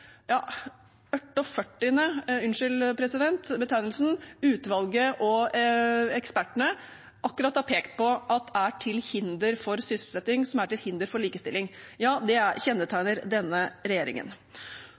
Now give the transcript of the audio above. unnskyld betegnelsen, president – utvalget og ekspertene akkurat har pekt på er til hinder for sysselsetting og likestilling – ja, det kjennetegner denne regjeringen. Folk, enten det er